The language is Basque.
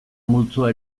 multzoa